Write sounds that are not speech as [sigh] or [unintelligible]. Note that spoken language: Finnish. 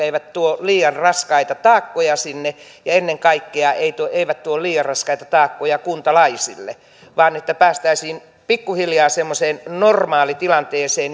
[unintelligible] eivät tuo liian raskaita taakkoja sinne ja ennen kaikkea eivät tuo eivät tuo liian raskaita taakkoja kuntalaisille vaan että päästäisiin pikkuhiljaa semmoiseen normaalitilanteeseen [unintelligible]